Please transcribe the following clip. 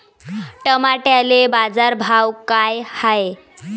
टमाट्याले बाजारभाव काय हाय?